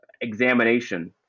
examination